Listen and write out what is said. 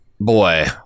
Boy